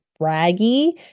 braggy